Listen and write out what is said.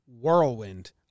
whirlwind